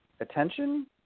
attention